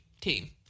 team